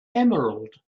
emerald